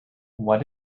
what